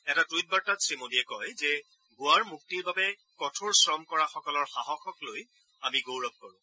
এটা টুইট বাৰ্তাত শ্ৰীমোদীয়ে কয় যে গোৱাৰ মুক্তিৰ বাবে কঠোৰ শ্ৰম কৰাসকলৰ সাহসক আমি গৌৰৱেৰে স্মৰণ কৰোঁ